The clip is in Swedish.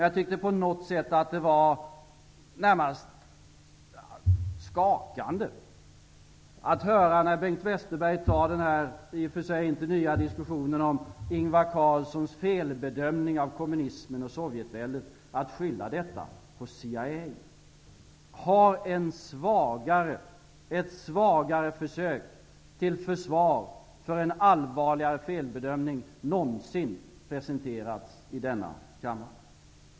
Jag tyckte dock att det var närmast skakande att höra den här diskussionen, som Bengt Westerberg också tog upp -- och som i och för sig inte är ny -- om Ingvar Carlssons felbedömning av kommunismen och Sovjetväldet, där CIA beskylls. Har ett svagare försök till försvar av en allvarligare felbedömning någonsin presenterats i denna kammare?